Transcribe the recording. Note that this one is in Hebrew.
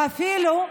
ואפילו,